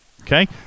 okay